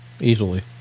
easily